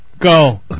Go